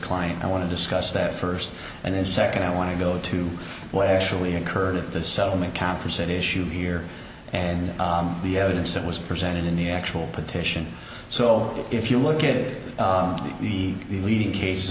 client i want to discuss that first and then second i want to go to what actually occurred at the settlement conference and issue here and the evidence that was presented in the actual petition so that if you look at it the leading cases